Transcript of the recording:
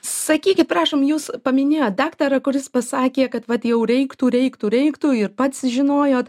sakykit prašom jūs paminėjot daktarą kuris pasakė kad vat jau reiktų reiktų reiktų ir pats žinojot